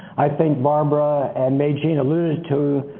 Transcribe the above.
i think barbara and maygene alluded to